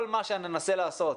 כל מה שננסה לעשות,